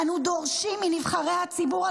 אנו דורשים מנבחרי הציבור,